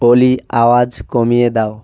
ওলি আওয়াজ কমিয়ে দাও